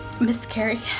miscarry